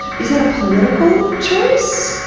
is that a political choice?